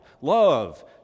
love